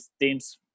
teams